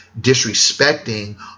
disrespecting